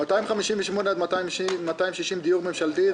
רוויזיה על פניות מס' 249 257 משרד ראש הממשלה,